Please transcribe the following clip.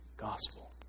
gospel